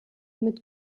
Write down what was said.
mit